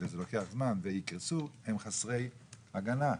וזה לוקח זמן, ויקרסו, הם חסרי הגנה.